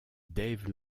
dave